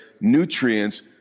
nutrients